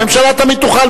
הממשלה תמיד תוכל,